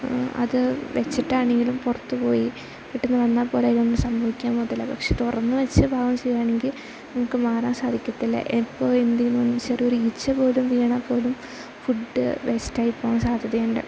അത് വെച്ചിട്ടാണെങ്കിലും പുറത്തു പോയി പെട്ടെന്നു വന്നാൽപ്പോലും അതിനൊന്നും സംഭവിക്കാൻ പോകത്തില്ല പക്ഷെ തുറന്നു വെച്ചു പാകം ചെയ്യുകയാണെങ്കിൽ നമുക്ക് മാറാൻ സാധിക്കത്തില്ല എപ്പോൾ എന്തെങ്കിലൊന്ന് ചെറിയൊരീച്ച പോലും വീണാൽപ്പോലും ഫുഡ് വേസ്റ്റായി പോകാൻ സാധ്യതയുണ്ട്